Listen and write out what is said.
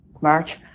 March